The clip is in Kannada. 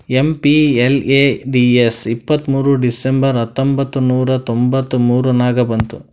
ಎಮ್.ಪಿ.ಎಲ್.ಎ.ಡಿ.ಎಸ್ ಇಪ್ಪತ್ತ್ಮೂರ್ ಡಿಸೆಂಬರ್ ಹತ್ತೊಂಬತ್ ನೂರಾ ತೊಂಬತ್ತ ಮೂರ ನಾಗ ಬಂತು